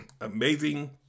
amazing